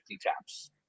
taps